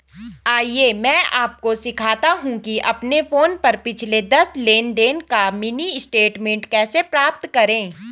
आइए मैं आपको सिखाता हूं कि अपने फोन पर पिछले दस लेनदेन का मिनी स्टेटमेंट कैसे प्राप्त करें